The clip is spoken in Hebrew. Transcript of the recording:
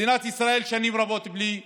לא יותר